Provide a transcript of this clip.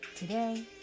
Today